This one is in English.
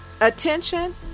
attention